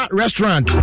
restaurant